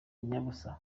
nyabusa